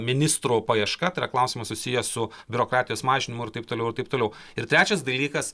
ministro paieška yra klausimas susijęs su biurokratijos mažinimu ir taip toliau ir taip toliau ir trečias dalykas